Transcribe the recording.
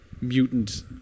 mutant